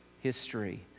history